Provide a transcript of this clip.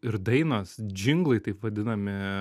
ir dainos džinglai taip vadinami